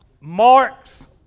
Marks